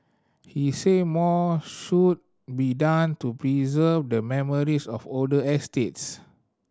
he said more should be done to preserve the memories of older estates